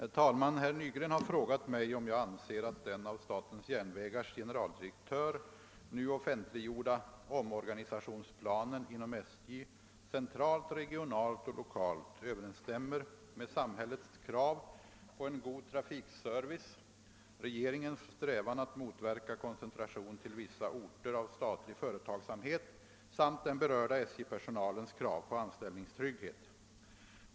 Herr talman! Herr Nygren har frågat mig om jag anser att den av statens järnvägars generaldirektör nu offentliggjorda omorganisationsplan inom SJ — centralt, regionalt och lokalt — överensstämmer med samhällets krav på en god trafikservice, regeringens strävan att motverka koncentration till vissa orter av statlig företagsamhet samt den berörda SJ-personalens krav på anställningstrygghet.